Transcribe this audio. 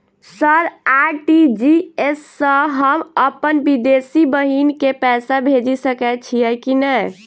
Sir RTGS सँ हम अप्पन विदेशी बहिन केँ पैसा भेजि सकै छियै की नै?